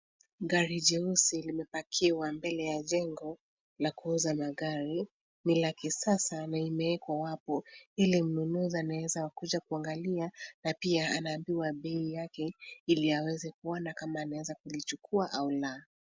Gari jeusi limepakiwa mbele ya jengo la kuuza magari, ni la kisasa na limewekwa hapo ili mnunuzi anaweza kuja kuangalia na pia anaambiwa bei yake ili aweseze kuona kama anaweza kulichukua